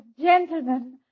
gentlemen